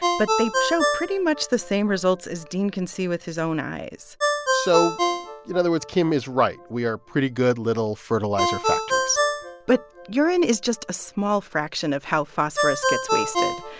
but they show pretty much the same results as dean can see with his own eyes so in other words, kim is right. we are pretty good little fertilizer factories but urine is just a small fraction of how phosphorus gets wasted.